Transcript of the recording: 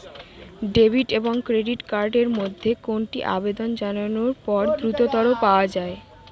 Debit এবং credit card এর মধ্যে কোনটি আবেদন জানানোর পর দ্রুততর পাওয়া য়ায়?